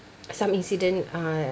some incident uh